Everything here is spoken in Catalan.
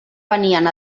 venien